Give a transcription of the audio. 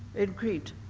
in crete,